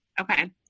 Okay